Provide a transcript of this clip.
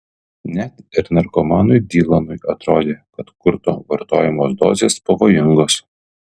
net ir narkomanui dylanui atrodė kad kurto vartojamos dozės pavojingos